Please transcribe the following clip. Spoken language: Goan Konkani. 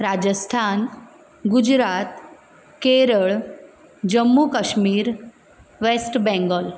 राज्यस्थान गुजरात केरळ जम्मू काश्मीर वॅस्ट बंगॉल